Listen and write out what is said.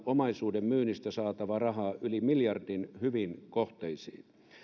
omaisuuden myynnistä saatavaa rahaa yli miljardin hyviin kohteisiin